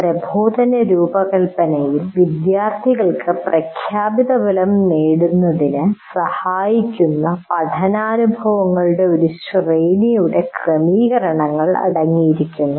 പ്രബോധന രൂപകൽപ്പനയിൽ വിദ്യാർത്ഥികൾക്ക് പ്രഖ്യാപിത ഫലം നേടുന്നതിന് സഹായിക്കുന്ന പഠനാനുഭവങ്ങളുടെ ഒരു ശ്രേണിയുടെ ക്രമീകരണങ്ങൾ അടങ്ങിയിരിക്കുന്നു